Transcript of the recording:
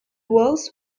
walls